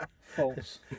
False